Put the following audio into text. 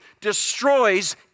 destroys